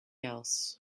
else